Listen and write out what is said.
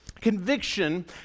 Conviction